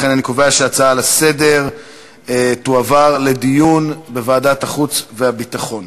לכן אני קובע שההצעות לסדר-היום תועברנה לדיון בוועדת החוץ והביטחון.